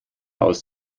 aus